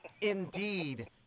Indeed